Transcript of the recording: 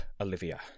Olivia